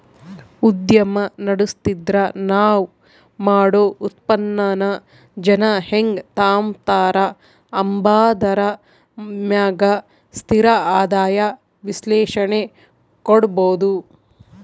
ಉದ್ಯಮ ನಡುಸ್ತಿದ್ರ ನಾವ್ ಮಾಡೋ ಉತ್ಪನ್ನಾನ ಜನ ಹೆಂಗ್ ತಾಂಬತಾರ ಅಂಬಾದರ ಮ್ಯಾಗ ಸ್ಥಿರ ಆದಾಯ ವಿಶ್ಲೇಷಣೆ ಕೊಡ್ಬೋದು